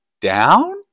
down